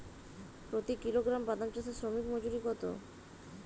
প্রতি কিলোগ্রাম বাদাম চাষে শ্রমিক মজুরি কত?